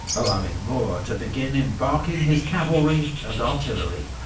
allowing moore to begin embarking his cavalry and artillery.